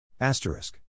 asterisk